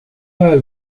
ajal